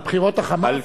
על בחירות ה"חמאס"?